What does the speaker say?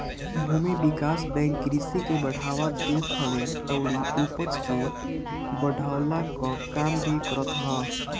भूमि विकास बैंक कृषि के बढ़ावा देत हवे अउरी उपज के बढ़वला कअ काम भी करत हअ